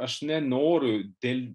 aš nenoriu dėl